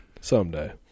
Someday